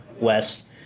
west